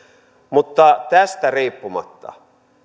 mutta tästä riippumatta